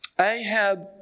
Ahab